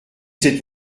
c’est